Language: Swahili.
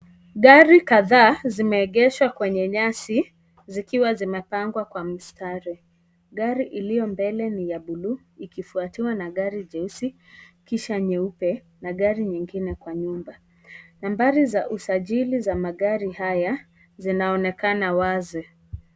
Gari kadhaa, zimeegeshwa kwenye nyasi, zikiwa zimepangwa kwa mstari. Gari iliyo mbele ni ya bluu, ikifuatiwa na gari jeusi, kisha nyeupe na gari nyingine kwa nyuma. Nambari za usajili za magari haya ,zinaonekana wazi.